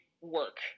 work